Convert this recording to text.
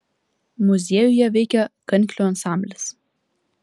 muziejuje veikia kanklių ansamblis